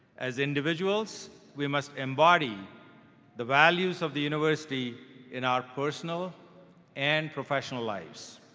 as individuals, we must embody the values of the university in our personal and professional lives.